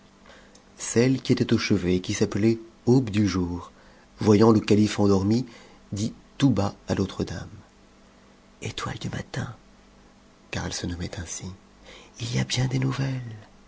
celle qui était au chevet et qui s'appelait aube du jour voyant localité endormi dit tout bas à l'autre dame étoile du matin car elle se nommait ainsi il y a bien des nouvelles